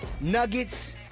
nuggets